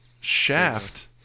shaft